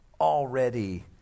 already